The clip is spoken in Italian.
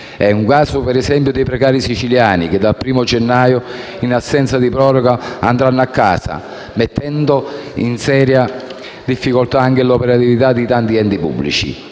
È il caso - per esempio - dei precari siciliani che dal 1° gennaio, in assenza di proroga, andranno a casa, mettendo in seria difficoltà anche l'operatività di tanti enti pubblici.